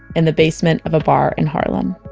in the basement of a bar in harlem.